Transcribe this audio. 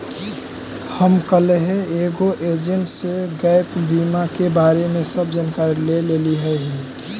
हम कलहे एगो एजेंट से गैप बीमा के बारे में सब जानकारी ले लेलीअई हे